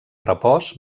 repòs